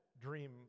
dream